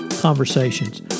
conversations